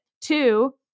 Two